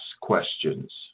questions